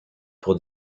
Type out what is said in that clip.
pour